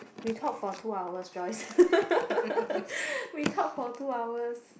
we talk for two hours Joyce we talk for two hours